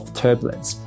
turbulence